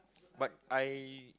but I